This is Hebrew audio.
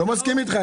אני לא מסכים איתך,